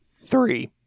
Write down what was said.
Three